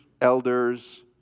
elders